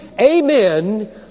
Amen